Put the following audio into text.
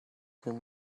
him